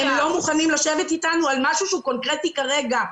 הם לא מוכנים לשבת איתנו על משהו שהוא קונקרטי כרגע.